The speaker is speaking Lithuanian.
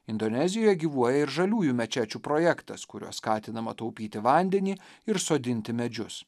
indonezijoje gyvuoja ir žaliųjų mečečių projektas kuriuo skatinama taupyti vandenį ir sodinti medžius